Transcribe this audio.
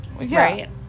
right